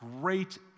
Great